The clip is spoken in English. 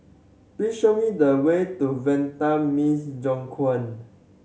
please show me the way to Vanda Miss Joaquim